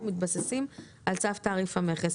אנחנו מתבססים על צו תעריף המכס.